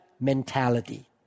mentality